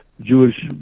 Jewish